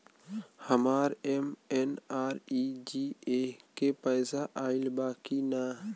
हमार एम.एन.आर.ई.जी.ए के पैसा आइल बा कि ना?